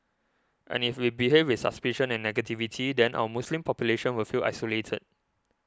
and if we behave with suspicion and negativity then our Muslim population will feel isolated